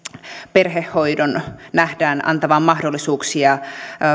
perhehoidon nähdään antavan mahdollisuuksia